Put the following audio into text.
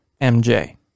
MJ